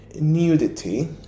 nudity